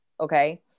Okay